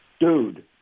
Dude